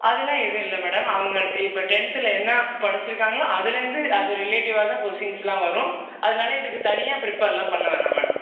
அதுல்லாம் எதுவும் இல்லை மேடம் அவங்க இப்போ டென்தில் என்ன படிச்சிருக்காங்களோ அதுலந்து அது ரிலேட்டிவ்வாக தான் கொஸ்ஷின்ஸ்லாம் வரும் அதனால இதுக்கு தனியாக பிரிப்பர்லாம் பண்ணவேணாம் மேடம்